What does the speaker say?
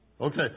Okay